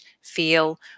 feel